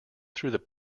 through